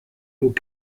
aux